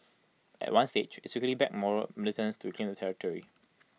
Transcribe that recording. at one stage IT secretly backed Moro militants to reclaim the territory